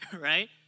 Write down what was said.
Right